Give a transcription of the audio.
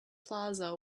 plaza